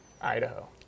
Idaho